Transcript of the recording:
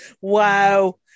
Wow